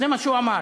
זה מה שהוא אמר.